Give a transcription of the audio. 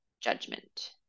judgment